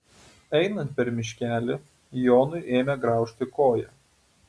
einant per miškelį jonui ėmė graužti koją